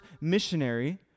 missionary